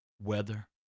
weather